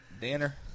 Dinner